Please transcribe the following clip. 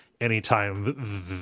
anytime